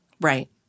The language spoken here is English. right